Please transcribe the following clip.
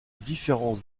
différence